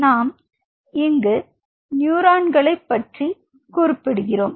நாம் இங்கு நியூரான்களை ப்பற்றி குறிப்பிடுகிறோம்